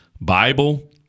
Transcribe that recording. Bible